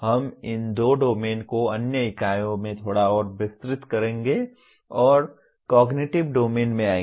हम इन दो डोमेन को अन्य इकाइयों में थोड़ा और विस्तृत करेंगे और कॉगनिटिव डोमेन में आएंगे